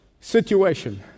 situation